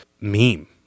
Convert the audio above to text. meme